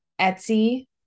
Etsy